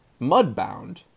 mudbound